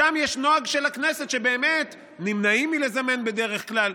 שם יש נוהג של הכנסת שבאמת נמנעים מלזמן בדרך כלל.